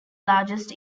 largest